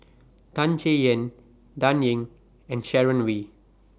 Tan Chay Yan Dan Ying and Sharon Wee